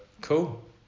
cool